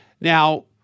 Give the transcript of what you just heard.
Now